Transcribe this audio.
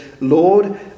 Lord